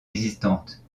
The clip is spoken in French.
existante